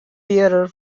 bearer